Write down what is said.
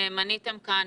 שמניתם כאן.